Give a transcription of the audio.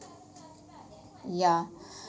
ya